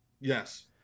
Yes